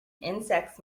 insects